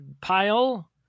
pile